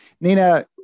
Nina